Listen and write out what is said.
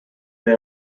they